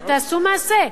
אבל תעשו מעשה.